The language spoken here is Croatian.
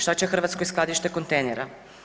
Što će Hrvatskoj skladište kontejnera.